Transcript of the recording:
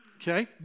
Okay